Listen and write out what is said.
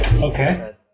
Okay